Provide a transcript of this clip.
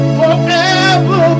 forever